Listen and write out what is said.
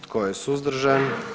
Tko je suzdržan?